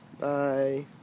bye